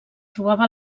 trobava